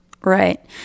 Right